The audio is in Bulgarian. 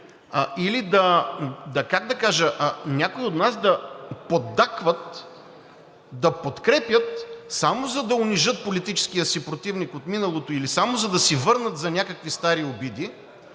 безучастно, или някои от нас да поддакват, да подкрепят само за да унижат политическия си противник от миналото или само за да си върнат за някакви стари обиди,